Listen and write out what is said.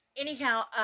Anyhow